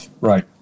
Right